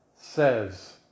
says